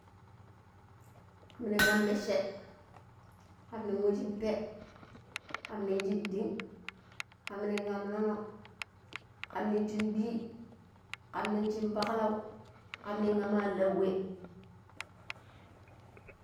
﻿kamnin am meche kamnin wa shin pe kamnin shin dinn kam nin am nono kam nin shin ɗui kam nin shin paklau kamnin ama alau wa